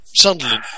Sunderland